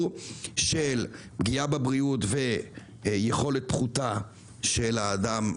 של פגיעה בבריאות ויכולת פחותה של האדם,